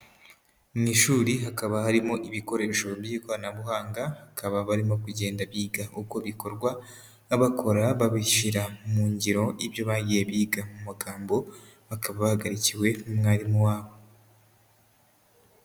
Mu ishuri hakaba harimo ibikoresho by'ikoranabuhanga, bakaba barimo kugenda biga uko bikorwa bakora babishyira mu ngiro ibyo bagiye biga mu magambo, bakaba bahagarikiwe n'umwarimu wabo.